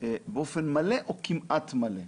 באופן מלא או כמעט מלא.